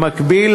במקביל,